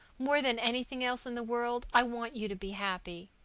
more than anything else in the world, i want you to be happy.